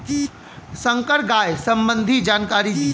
संकर गाय सबंधी जानकारी दी?